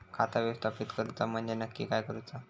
खाता व्यवस्थापित करूचा म्हणजे नक्की काय करूचा?